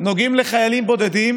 נוגעים לחיילים בודדים,